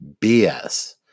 BS